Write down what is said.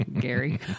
Gary